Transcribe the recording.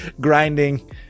grinding